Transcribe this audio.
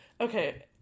Okay